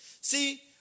See